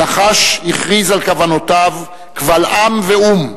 הנחש הכריז על כוונותיו קבל עם ואו"ם,